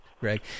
Greg